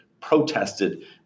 protested